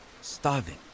Starving